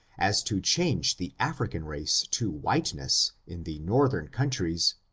as to change the african race to whiteness in the northern countries,